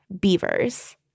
Beavers